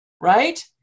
right